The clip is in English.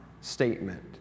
statement